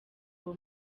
uwo